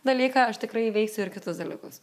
dalyką aš tikrai įveiksiu ir kitus dalykus